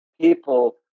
people